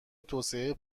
توسعه